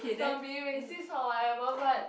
not being racist or whatever but